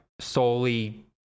solely